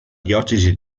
diocesi